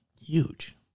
Huge